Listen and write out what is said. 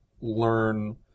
learn